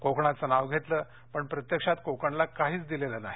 कोकणाचं नाव घेतलं पण प्रत्यक्षात कोकणला काहीच दिलेलं नाही